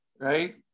right